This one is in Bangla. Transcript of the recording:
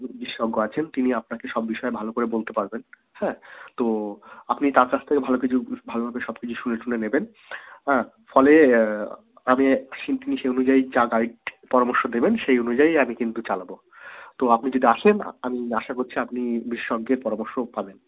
বিশেষজ্ঞ আছেন তিনি আপনাকে সব বিষয়ে ভালো করে বলতে পারবেন হ্যাঁ তো আপনি তার কাছ থেকে ভালো কিছু ভালোভাবে সব কিছু শুনে টুনে নেবেন হ্যাঁ ফলে আমি শিগগিরি সেই অনুযায়ী যা ডায়েট পরামর্শ দেবেন সেই অনুযায়ী আমি কিন্তু চালাবো তো আপনি যদি আসেন আমি আশা করছি আপনি বিশেষজ্ঞের পরামর্শও পাবেন